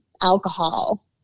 alcohol